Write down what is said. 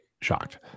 shocked